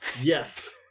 Yes